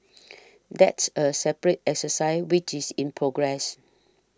that's a separate exercise which is in progress